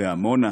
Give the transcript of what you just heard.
ועמונה,